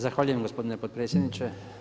Zahvaljujem gospodine potpredsjedniče.